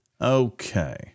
Okay